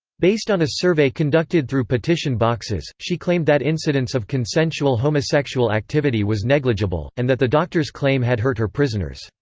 based on a survey conducted through petition boxes, she claimed that incidence of consensual homosexual activity was negligible, and that the doctor's claim had hurt her prisoners.